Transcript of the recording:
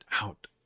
out